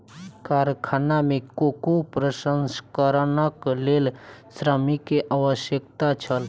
कारखाना में कोको प्रसंस्करणक लेल श्रमिक के आवश्यकता छल